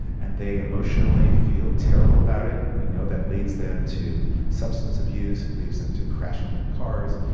and they emotionally feel terrible about it. we know that leads them to substance abuse, it leads them to crashing their cars.